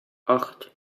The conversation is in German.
acht